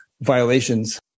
violations